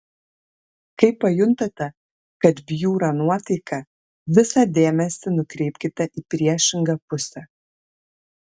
kai pajuntate kad bjūra nuotaika visą dėmesį nukreipkite į priešingą pusę